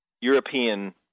European